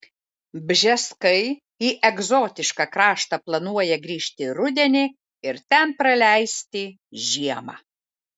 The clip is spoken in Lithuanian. bžeskai į egzotišką kraštą planuoja grįžti rudenį ir ten praleisti žiemą